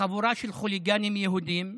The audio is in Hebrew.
חבורה של חוליגנים יהודים,